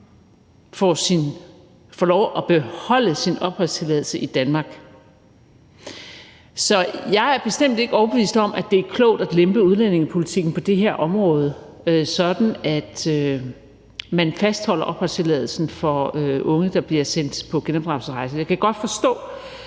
får lov at beholde sin opholdstilladelse i Danmark. Jeg er bestemt ikke overbevist om, at det er klogt at lempe udlændingepolitikken på det her område, sådan at man fastholder opholdstilladelsen for unge, der bliver sendt på genopdragelsesrejser. Jeg kan godt forstå